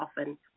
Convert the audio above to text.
often